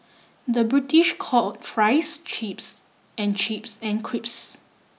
the British call fries chips and chips and crisps